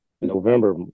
November